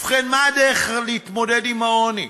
ובכן, מהי הדרך להתמודד עם העוני?